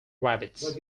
rabbits